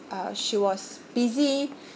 uh she was busy